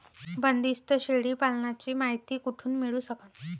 बंदीस्त शेळी पालनाची मायती कुठून मिळू सकन?